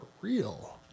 real